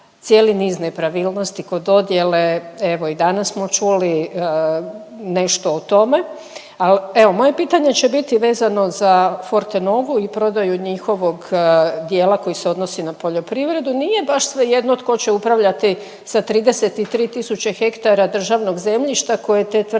cijeli niz nepravilnosti kod dodjele, evo i danas smo čuli nešto o tome, al evo moje pitanje će bit vezano za Fortenovu i prodaju njihovog dijela koji se odnosi na poljoprivredu. Nije baš svejedno tko će upravljati sa 33 tisuće hektara zemljišta koje te tvrtke